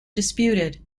disputed